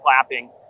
clapping